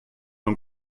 und